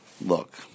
look